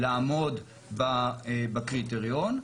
לעמוד בקריטריון,